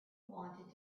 wanted